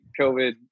COVID